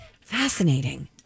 fascinating